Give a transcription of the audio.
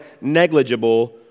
negligible